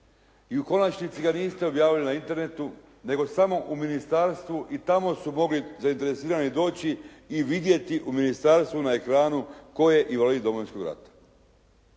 I u konačnici ga niste objavili na internetu nego samo u ministarstvu i tamo su mogli zainteresirani doći i vidjeti ih u ministarstvu na ekranu tko je invalid Domovinskog rata.